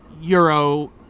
Euro